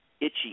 itchy